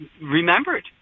remembered